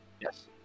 yes